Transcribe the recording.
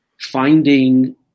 finding